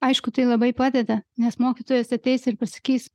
aišku tai labai padeda nes mokytojas ateis ir pasakys